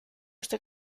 este